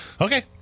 okay